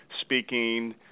speaking